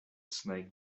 snake